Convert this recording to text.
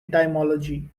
etymology